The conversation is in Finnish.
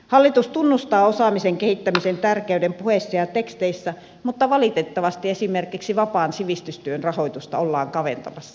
hallitus tunnustaa osaamisen kehittämisen tärkeyden puheissa ja teksteissä mutta valitettavasti esimerkiksi vapaan sivistystyön rahoitusta ollaan kaventamassa